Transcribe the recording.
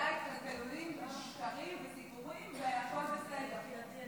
התפלפלה פלפולים ושקרים וסיפורים, והכול בסדר.